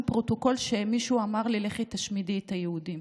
פרוטוקול שמישהו אמר לי: לכי תשמידי את היהודים.